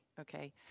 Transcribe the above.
okay